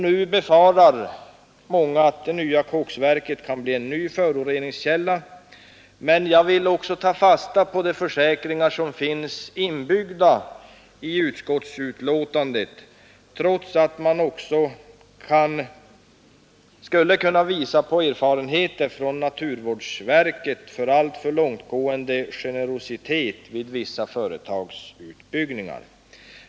Nu befarar många att det nya koksverket blir en ny föroreningskälla, men jag vill också ta fasta på de försäkringar som finns inbyggda i utskottsbetänkandet trots att man också skulle kunna visa på erfarenheter av alltför långtgående generositet från naturvårdsverkets sida vid vissa företagsutbyggnader.